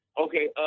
okay